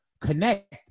connect